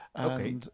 Okay